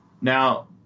Now